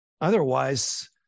otherwise